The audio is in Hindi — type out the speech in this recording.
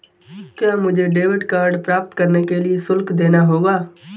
क्या मुझे डेबिट कार्ड प्राप्त करने के लिए शुल्क देना होगा?